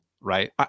right